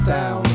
Down